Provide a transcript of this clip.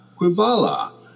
quivala